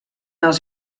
els